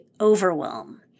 overwhelm